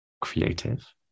creative